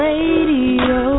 Radio